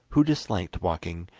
who disliked walking,